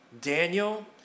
Daniel